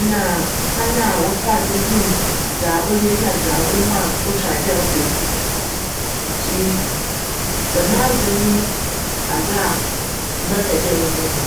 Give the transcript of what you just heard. nna kwan a wcfaa do hun dza oye na dza omo a otwar dj cba mu, ntsi djm adze yi nye adze a mebjpj dj mobohu.